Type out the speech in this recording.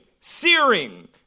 searing